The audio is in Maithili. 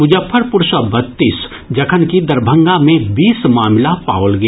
मुजफ्फरपुर सँ बत्तीस जखनकि दरभंगा मे बीस मामिला पाओल गेल